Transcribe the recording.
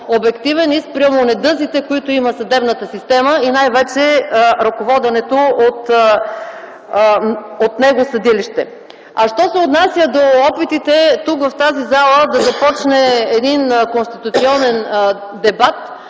обективен и спрямо недъзите, които има съдебната система, и най-вече ръководеното от него съдилище. Що се отнася до опитите тук, в тази зала, да започне един конституционен дебат,